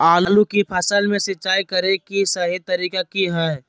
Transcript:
आलू की फसल में सिंचाई करें कि सही तरीका की हय?